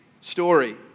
story